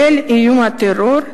כולל איום הטרור.